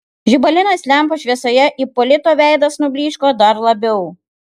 žibalinės lempos šviesoje ipolito veidas nublyško dar labiau